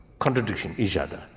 contradict and each other.